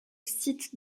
site